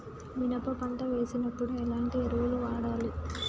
మినప పంట వేసినప్పుడు ఎలాంటి ఎరువులు వాడాలి?